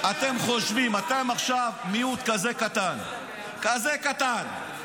אתם חושבים, אתם עכשיו מיעוט כזה קטן, כזה קטן.